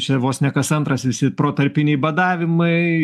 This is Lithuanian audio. čia vos ne kas antras visi protarpiniai badavimai